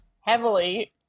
heavily